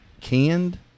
canned